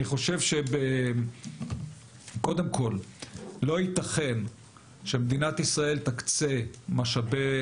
לא ייתכן שמדינת ישראל תקצה משאבי